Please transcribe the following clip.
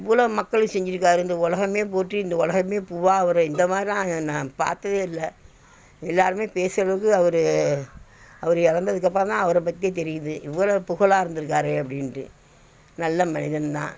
இவ்வளோ மக்களுக்கு செஞ்சுருக்காரு இந்த உலகம் போற்றி இந்த உலகம் பூரா அவரை இந்த மாதிரிலாம் நான் பார்த்ததே இல்லை எல்லோருமே பேசுகிறளவுக்கு அவர் அவர் இறந்ததுக்கு அப்புறந்தான் அவரை பற்றியே தெரியுது இவ்வளோ புகழாக இருந்திருக்காரே அப்படின்ட்டு நல்ல மனிதன் தான்